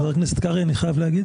חבר הכנסת קרעי, אני חייב להגיד